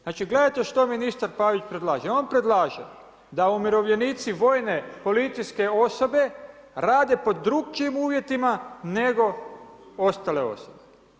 Znači gledajte što ministar Pavić predlaže, on predlaže, da umirovljenici vojne policijske osobe rade pod drugačijim uvjetima, nego ostale osobe.